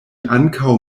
ankaŭ